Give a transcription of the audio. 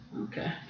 Okay